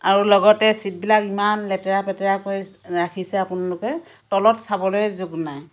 আৰু লগতে চিটবিলাক ইমান লেতেৰা পেতেৰা কৰি ৰাখিছে আপোনালোকে তলত চাবলৈয়ে যোগ নাই